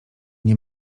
nie